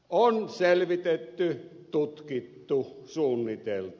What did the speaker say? on selvitetty tutkittu suunniteltu